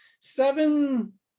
Seven